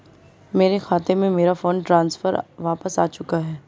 मेरे खाते में, मेरा फंड ट्रांसफर वापस आ चुका है